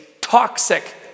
Toxic